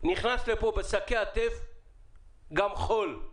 נכנס לפה בשקי הטף גם חול.